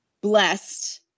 Blessed